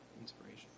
inspiration